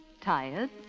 Tired